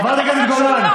חברת הכנסת גולן.